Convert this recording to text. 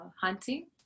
hunting